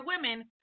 women